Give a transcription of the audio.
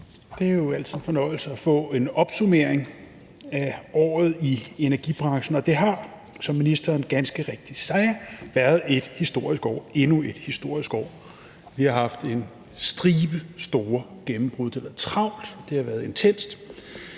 Det er jo altid en fornøjelse at få en opsummering af året i energibranchen. Det har, som ministeren ganske rigtigt sagde, været et historisk år – endnu et historisk år. Vi har haft en stribe store gennembrud. Det har været travlt. Det har været intenst.